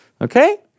Okay